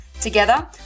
Together